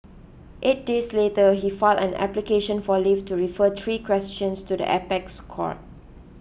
eight days later he filed an application for leave to refer three questions to the apex court